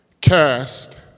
cast